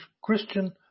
Christian